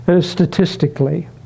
statistically